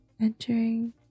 entering